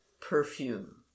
perfume